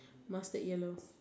mustard yellow